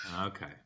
Okay